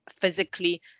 physically